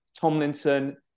Tomlinson